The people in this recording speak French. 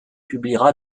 publiera